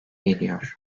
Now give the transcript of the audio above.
geliyor